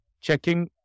checking